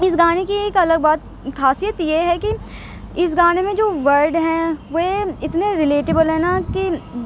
اس گانے کی ایک الگ بات خاصیت یہ ہے کہ اس گانے میں جو ورڈ ہیں وہ اتنے ریلیٹیبل ہیں نا کہ